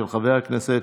של חבר הכנסת